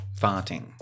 farting